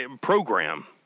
program